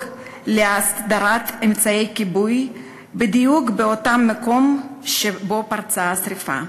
להסדרת אמצעי כיבוי בדיוק במקום שבו פרצה השרפה.